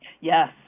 yes